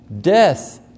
Death